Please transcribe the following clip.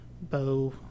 Bow